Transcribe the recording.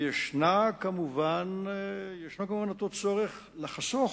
ויש כמובן אותו צורך לחסוך,